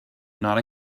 not